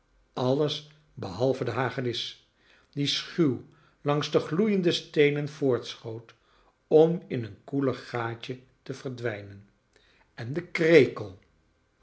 alles behalve de hagedis die schuw langs de gloeiende steenen voortschoot om in een koeler gaatje te verdwijnen en de krekel